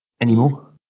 anymore